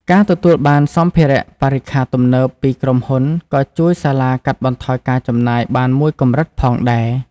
ការទទួលបានសម្ភារៈបរិក្ខារទំនើបពីក្រុមហ៊ុនក៏ជួយសាលាកាត់បន្ថយការចំណាយបានមួយកម្រិតផងដែរ។